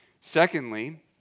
Secondly